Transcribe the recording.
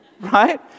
right